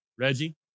Reggie